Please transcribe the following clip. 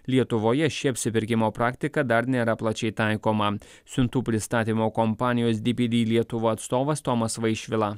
lietuvoje ši apsipirkimo praktika dar nėra plačiai taikoma siuntų pristatymo kompanijos dpd lietuva atstovas tomas vaišvila